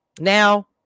Now